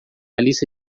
lista